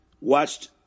watched